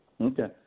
Okay